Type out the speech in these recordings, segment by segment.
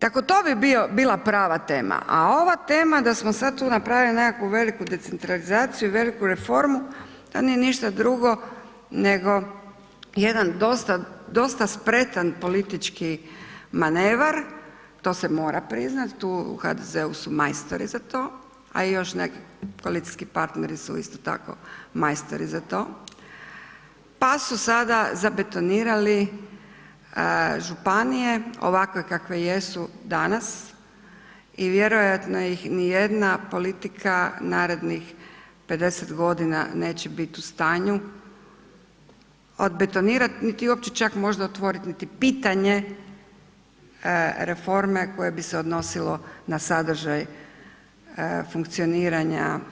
Dakle to bi bila prava tema a ova tema da smo sad tu napravili neku veliku decentralizaciju, veliku reformu, to nije ništa drugo nego jedan dosta spretan politički manevar, to se mora priznat, tu u HDZ-u su majstori za to a i još neki koalicijski partneri su isto tako majstori za to pa su sada zabetonirali županije ovakve kakve jesu danas i vjerojatno ih nijedna politika narednih 50 g. neće bit u stanju odbetonirat niti uopće čak možda otvorit niti pitanje reforme koje bi se odnosilo na sadržaj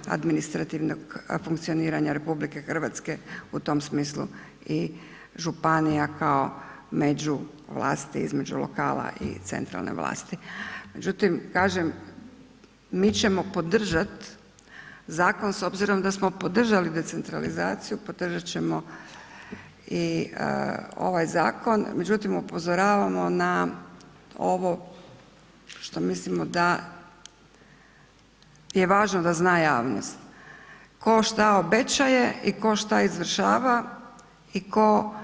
administrativnog funkcioniranja RH u tom smislu i županija kao međuvlasti između lokala i centralne vlasti međutim kažem, mi ćemo podržat zakon s obzirom da smo podržali decentralizaciju, podržat ćemo i ovaj zakon međutim upozoravamo na ovo što mislimo da je važno da zna javnost tko šta obećaje i tko šta izvršava i tko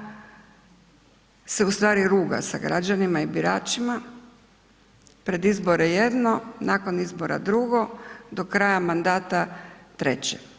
se ustvari ruga sa građanima i biračima, pred izbore jedno, nakon izbora drugo, do kraja mandata treće.